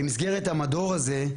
במסגרת המדור הזה,